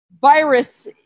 virus